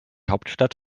hauptstadt